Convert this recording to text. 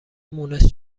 مونس